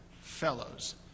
fellows